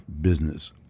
business